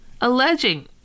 alleging